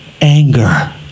anger